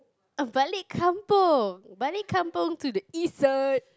balik kampung balik kampung to the east side